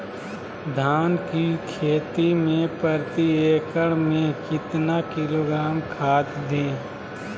धान की खेती में प्रति एकड़ में कितना किलोग्राम खाद दे?